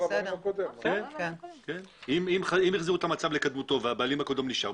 אם החזירו את המצב לקדמותו והבעלים הקודם נשאר,